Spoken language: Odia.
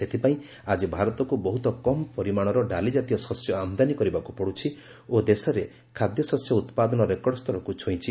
ସେଥିପାଇଁ ଆଜି ଭାରତକୁ ବହୁତ କମ୍ ପରିମାଣର ଡାଲିକାତୀୟ ଶସ୍ୟ ଆମଦାନୀ କରିବାକୁ ପଡୁଛି ଓ ଦେଶରେ ଖାଦ୍ୟଶସ୍ୟ ଉତ୍ପାଦନ ରେକର୍ଡ ସ୍ତରକୁ ଛୁଇଁଛି